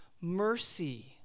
mercy